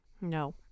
no